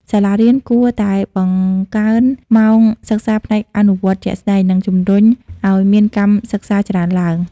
សាលារៀនគួរតែបង្កើនម៉ោងសិក្សាផ្នែកអនុវត្តជាក់ស្តែង និងជំរុញឱ្យមានកម្មសិក្សាច្រើនឡើង។